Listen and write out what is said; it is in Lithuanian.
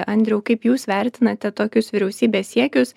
andriau kaip jūs vertinate tokius vyriausybės siekius